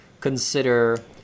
consider